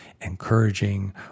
encouraging